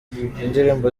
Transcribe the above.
indirimbo